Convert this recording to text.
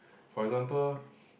for example